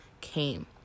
came